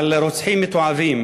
על רוצחים מתועבים.